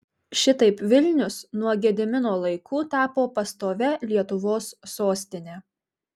šitaip vilnius nuo gedimino laikų tapo pastovia lietuvos sostine